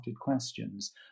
questions